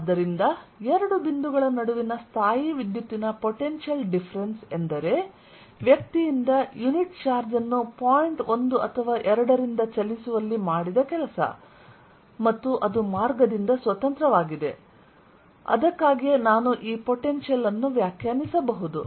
ಆದ್ದರಿಂದ ಎರಡು ಬಿಂದುಗಳ ನಡುವಿನ ಸ್ಥಾಯೀವಿದ್ಯುತ್ತಿನ ಪೊಟೆನ್ಶಿಯಲ್ ಡಿಫರೆನ್ಸ್ ಎಂದರೆ ವ್ಯಕ್ತಿಯಿಂದ ಯುನಿಟ್ ಚಾರ್ಜ್ ಅನ್ನು ಪಾಯಿಂಟ್ 1 ಅಥವಾ 2 ರಿಂದ ಚಲಿಸುವಲ್ಲಿ ಮಾಡಿದ ಕೆಲಸ ಮತ್ತು ಅದು ಮಾರ್ಗದಿಂದ ಸ್ವತಂತ್ರವಾಗಿದೆ ಮತ್ತು ಅದಕ್ಕಾಗಿಯೇ ನಾನು ಈ ಪೊಟೆನ್ಶಿಯಲ್ ಅನ್ನು ವ್ಯಾಖ್ಯಾನಿಸಬಹುದು